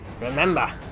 Remember